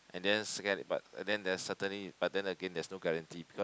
and then secondly but and then there certainly but then again there's no guarantee because